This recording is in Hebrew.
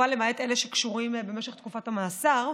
כמובן למעט אלה שקשורים במשך המאסר,